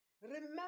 Remember